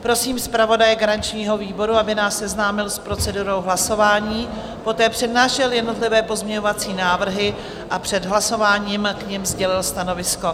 Prosím zpravodaje garančního výboru, aby nás seznámil s procedurou hlasování, poté přednášel jednotlivé pozměňovací návrhy a před hlasováním k nim sdělil stanovisko.